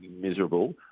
miserable